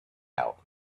out